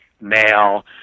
male